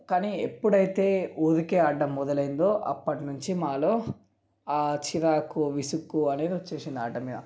కానీ ఎప్పుడైతే ఊరికే ఆట మొదలైందో అప్పటి నుంచి మాలో ఆ చిరాకు విసుగు అనేది వచ్చేసింది ఆట మీద